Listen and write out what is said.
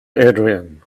adrian